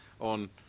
on